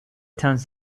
turns